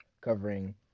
covering